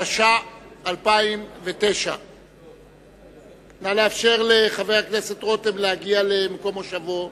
התש"ע 2009. נא לאפשר לחבר הכנסת רותם להגיע למקום מושבו.